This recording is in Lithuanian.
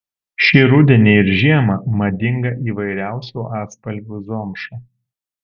šį rudenį ir žiemą madinga įvairiausių atspalvių zomša